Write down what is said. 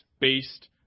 based